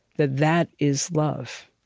that that is love.